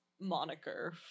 moniker